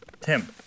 Tim